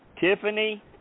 Tiffany